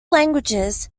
languages